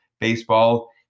baseball